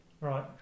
Right